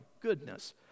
goodness